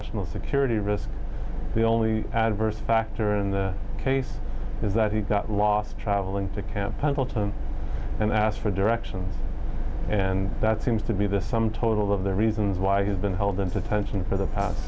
the security risk the only adverse factor in the case is that he got lost traveling to camp pendleton and asked for directions and that seems to be the sum total of the reasons why he's been held on to attention for the past